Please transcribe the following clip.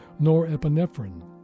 norepinephrine